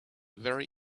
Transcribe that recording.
very